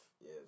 Yes